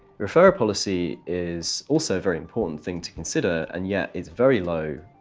refer policy is also very important thing to consider, and yet is very low